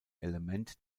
element